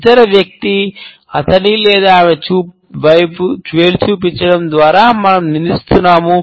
ఇతర వ్యక్తి అతని లేదా ఆమె వైపు వేలు చూపించడం ద్వారా మనం నిందిస్తున్నాము